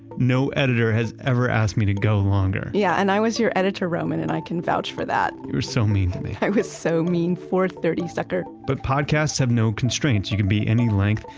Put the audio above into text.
no editor has ever asked me to go longer yeah, and i was your editor roman and i can vouch for that you were so mean to me. i was so mean. four thirty, sucker but podcasts have no constraints, you can be any length.